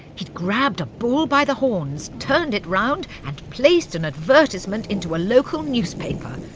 he'd grabbed a bull by the horns, turned it round, and placed an advertisement into a local newspaper.